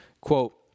Quote